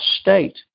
state